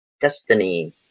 destiny